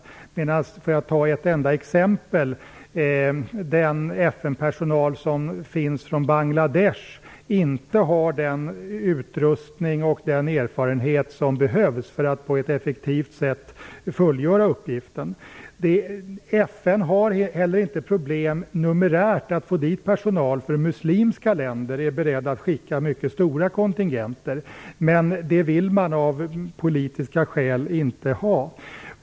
Däremot har den, för att ta ett enda exempel, FN-personal som kommer från Bangladesh inte den utrustning och den erfarenhet som behövs för att på ett effektivt sätt fullgöra uppgiften. FN har inte heller problem numerärt med att få dit personal. Muslimska länder är beredda att skicka mycket stora kontingenter. Det vill man av politiska skäl undvika.